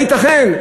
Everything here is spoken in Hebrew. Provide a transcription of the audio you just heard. הייתכן?